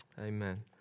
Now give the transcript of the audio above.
Amen